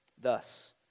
Thus